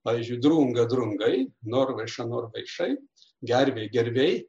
pavyzdžiui drunga drungai norvaiša norvaišai gervė gerviai